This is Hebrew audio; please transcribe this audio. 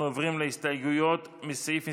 אנחנו עוברים להסתייגויות לסעיף מס'